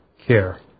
care